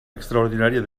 extraordinària